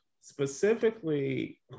specifically